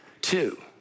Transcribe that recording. two